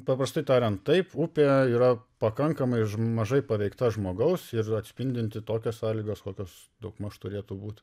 paprastai tariant taip upė yra pakankamai žm mažai paveikta žmogaus ir atspindinti tokias sąlygas kokios daugmaž turėtų būt